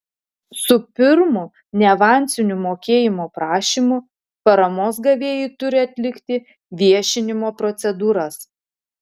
su pirmu neavansiniu mokėjimo prašymu paramos gavėjai turi atlikti viešinimo procedūras